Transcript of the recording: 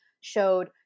showed